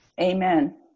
Amen